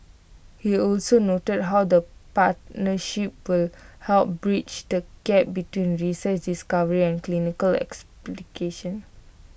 he also noted how the partnership will help bridge the gap between research discovery and clinical